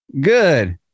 Good